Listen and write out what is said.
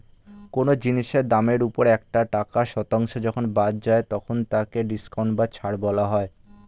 কোন জিনিসের দামের ওপর একটা টাকার শতাংশ যখন বাদ যায় তখন তাকে ডিসকাউন্ট বা ছাড় বলা হয়